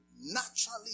naturally